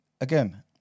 Again